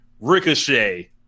Ricochet